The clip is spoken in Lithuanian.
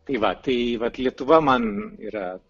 tai va tai vat lietuva man yra